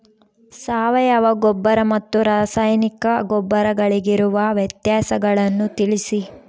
ಸಾವಯವ ಗೊಬ್ಬರ ಮತ್ತು ರಾಸಾಯನಿಕ ಗೊಬ್ಬರಗಳಿಗಿರುವ ವ್ಯತ್ಯಾಸಗಳನ್ನು ತಿಳಿಸಿ?